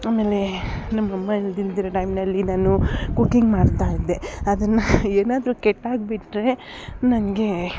ಆಮೇಲೆ ನಮ್ಮಮ್ಮ ಇಲ್ದಿದ್ದಿರ ಟೈಮ್ನಲ್ಲಿ ನಾನು ಕುಕಿಂಗ್ ಮಾಡ್ತಾ ಇದ್ದೆ ಅದನ್ನು ಏನಾದರೂ ಕೆಟ್ಟಾಗ್ಬಿಟ್ರೆ ನನಗೆ